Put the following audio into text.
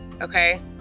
Okay